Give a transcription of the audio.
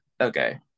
Okay